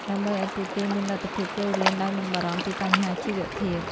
ដើម្បីឱ្យពួកគេមានលទ្ធភាពចូលរៀនដោយមិនបារម្ភពីបញ្ហាជីវភាព។